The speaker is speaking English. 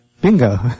bingo